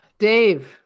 Dave